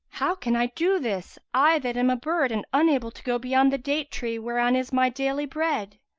how can i do this, i that am a bird and unable to go beyond the date-tree whereon is my daily bread?